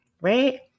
right